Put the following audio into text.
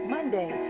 Monday